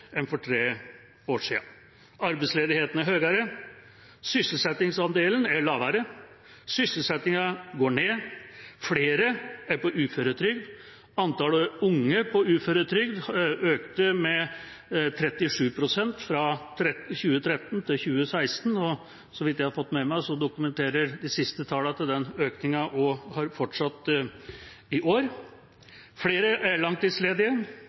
enn for tre år siden. Arbeidsledigheten er høyere, sysselsettingsandelen er lavere, sysselsettingen går ned, flere er på uføretrygd, antallet unge på uføretrygd økte med 37 pst. fra 2013 til 2016, og så vidt jeg har fått med meg, dokumenterer de siste tallene at den økningen også har fortsatt i år, flere er langtidsledige,